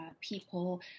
people